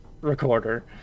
recorder